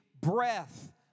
breath